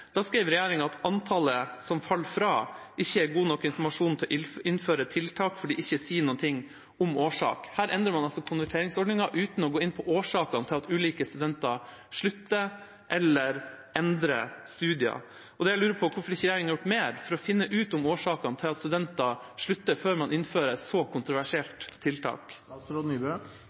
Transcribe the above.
regjeringa skrev at antallet som faller fra, ikke er god nok informasjon til å innføre tiltak fordi det ikke sier noe om årsakene. Her endrer man altså konverteringsordningen uten å gå inn på årsakene til at ulike studenter slutter eller endrer studium. Det jeg lurer på, er hvorfor regjeringa ikke har gjort mer for å finne ut om årsakene til at studenter slutter, før man innfører et så kontroversielt tiltak.